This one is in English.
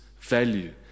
value